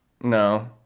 No